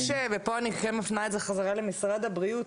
יש - ופה אני כן מפנה את זה חזרה למשרד הבריאות